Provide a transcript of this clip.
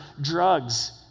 drugs